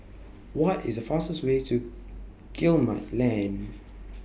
What IS The fastest Way to Guillemard Lane